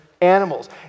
animals